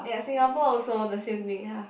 !aiya! Singapore also the same thing ya